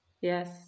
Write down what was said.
Yes